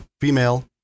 female